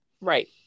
right